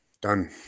Done